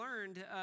learned